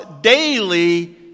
daily